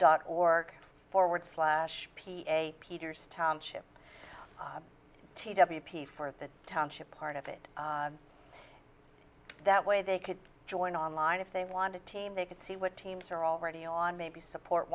or forward slash p a peters township t w p for the township part of it that way they could join online if they wanted team they could see what teams are already on maybe support